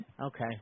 Okay